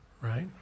Right